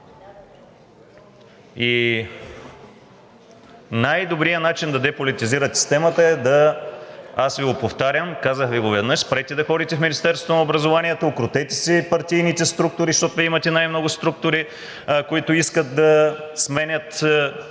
Най-добрият начин да деполитизирате системата е – аз Ви го повтарям, казах Ви го веднъж, спрете да ходите в Министерството на образованието, укротете си партийните структури, защото Вие имате най-много структури, които искат да сменят